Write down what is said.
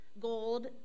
Gold